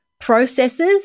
Processes